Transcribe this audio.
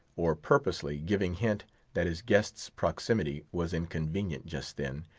or purposely giving hint that his guest's proximity was inconvenient just then,